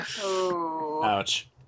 Ouch